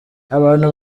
abantu